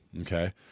okay